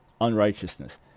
unrighteousness